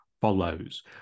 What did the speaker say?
follows